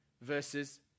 versus